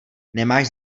nemáš